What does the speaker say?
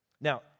Now